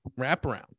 wraparound